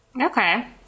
okay